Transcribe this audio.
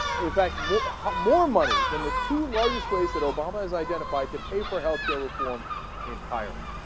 in fact more hot more money than the two lawrence ways that obama has identified to pay for health care reform entire like